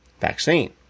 vaccine